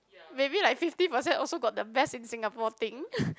maybe like fifty percent also got the best in Singapore thing